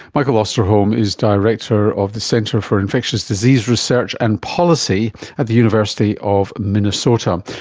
michael osterholm is director of the centre for infectious disease research and policy at the university of minnesota.